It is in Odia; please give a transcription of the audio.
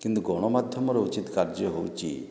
କିନ୍ତୁ ଗଣମାଧ୍ୟମର ଉଚିତ କାର୍ଯ୍ୟ ହେଉଛି